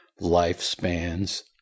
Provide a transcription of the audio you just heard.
lifespans